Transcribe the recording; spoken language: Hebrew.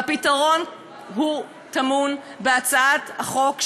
והפתרון טמון בהצעת החוק שלי,